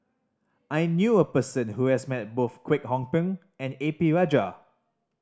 I knew a person who has met both Kwek Hong Png and A P Rajah